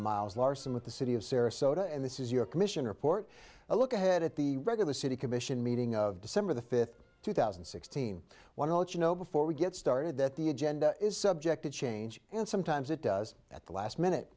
myles larson with the city of sarasota and this is your commission report a look ahead at the regular city commission meeting of december the fifth two thousand and sixteen want to let you know before we get started that the agenda is subject to change and sometimes it does at the last minute